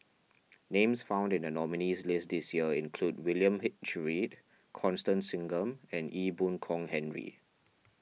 names found in the nominees' list this year include William H Read Constance Singam and Ee Boon Kong Henry